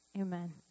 Amen